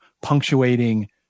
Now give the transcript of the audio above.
punctuating